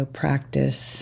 practice